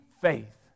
faith